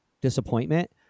disappointment